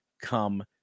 come